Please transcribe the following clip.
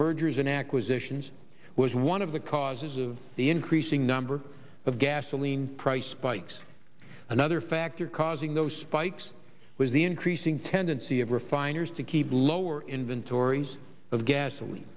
mergers and acquisitions was one of the causes of the increasing number of gasoline price bikes another factor causing those spikes was the increasing tendency of refiners to keep lower inventories of gasoline